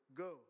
go